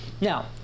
Now